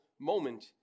moment